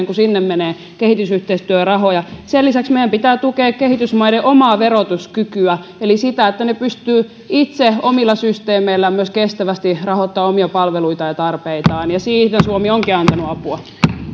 kuin sinne menee kehitysyhteistyörahoja sen lisäksi meidän pitää tukea kehitysmaiden omaa verotuskykyä eli sitä että ne pystyvät myös itse omilla systeemeillään kestävästi rahoittamaan omia palveluitaan ja tarpeitaan siihen suomi onkin antanut apua